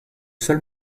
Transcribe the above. seul